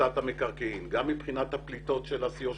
תפיסת המקרקעין, גם מבחינת הפליטות של ה-CO2,